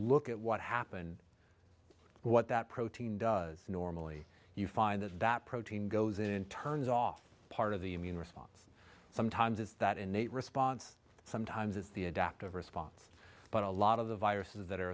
look at what happened what that protein does normally you find that that protein goes in turns off part of the immune response sometimes is that innate response sometimes it's the adaptive response but a lot of the viruses that are